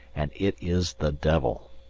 and it is the devil.